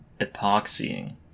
epoxying